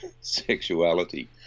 sexuality